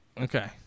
Okay